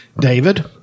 David